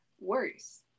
worse